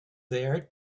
there